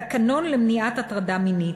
תקנון למניעת הטרדה מינית.